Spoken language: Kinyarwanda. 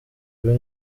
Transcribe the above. kuba